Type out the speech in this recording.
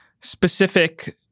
specific